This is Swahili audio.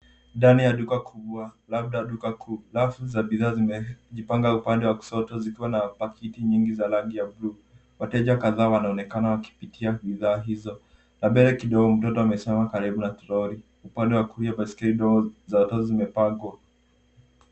Ndani ya duka kubwa labda duka kuu. Rafu za bidhaa zimejipanga upande wa kushoto zikiwa na pakiti nyingi za rangi ya bluu. Wateja kadhaa wanaonekana wakipitia bidhaa hizo na mbele kidogo mtoto amesimama karibu na troli. Upande wa kulia baisikeli ndogo za watoto zimepangwa.